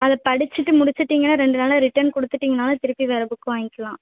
அதை படிச்சுட்டு முடிச்சுட்டிங்கன்னா ரெண்டு நாளில் ரிட்டன் கொடுத்துட்டீங்கன்னாலே திருப்பி வேறு புக் வாங்கிக்கிலாம்